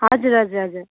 हजुर हजुर हजुर